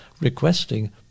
requesting